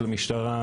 של המשטרה,